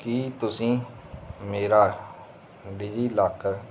ਕੀ ਤੁਸੀਂ ਮੇਰਾ ਡਿਜੀਲਾਕਰ